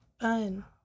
Fun